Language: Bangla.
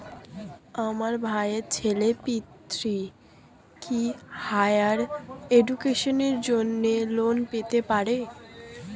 আমার ভাইয়ের ছেলে পৃথ্বী, কি হাইয়ার এডুকেশনের জন্য লোন পেতে পারে?